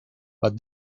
but